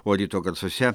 o ryto garsuose